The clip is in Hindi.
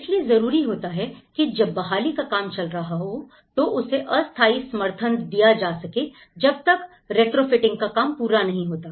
इसलिए जरूरी होता है कि जब बहाली का काम चल रहा हो तो उसे अस्थाई समर्थन दिया जा सके जब तक रिट्रोफिटिंग का काम पूरा नहीं होता